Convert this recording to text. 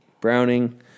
Browning